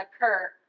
occur